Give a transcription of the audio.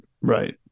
right